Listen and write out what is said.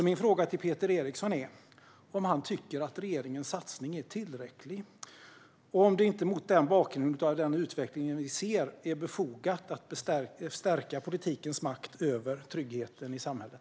Min fråga till Peter Eriksson är om han tycker att regeringens satsning är tillräcklig och om det inte mot bakgrund av den utveckling vi ser är befogat att stärka politikens makt över tryggheten i samhället.